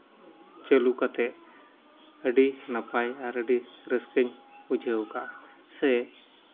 ᱪᱟᱹᱞᱩ ᱠᱟᱛᱮᱫ ᱟᱹᱰᱤ ᱱᱟᱯᱟᱭ ᱟᱨ ᱟᱹᱰᱤ ᱨᱟᱹᱥᱠᱟᱹᱧ ᱵᱩᱡᱷᱟᱹᱣ ᱠᱟᱜᱼᱟ ᱥᱮ